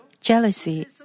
jealousy